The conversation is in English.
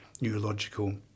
neurological